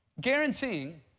guaranteeing